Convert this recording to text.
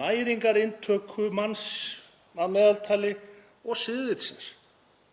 næringarinntöku manna að meðaltali og siðvitsins.